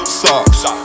socks